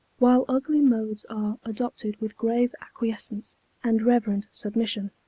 while ugly modes are adopted with grave acquiescence and reverent submission?